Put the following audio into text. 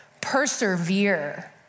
persevere